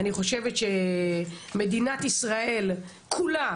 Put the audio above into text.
אני חושבת שמדינת ישראל כולה